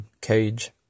cage